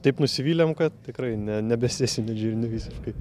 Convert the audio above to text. taip nusivylėm kad tikrai ne nebesėsime žirnių visiškai